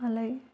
అలాగే